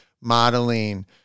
modeling